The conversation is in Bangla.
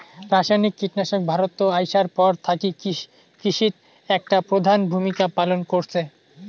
রাসায়নিক কীটনাশক ভারতত আইসার পর থাকি কৃষিত একটা প্রধান ভূমিকা পালন করসে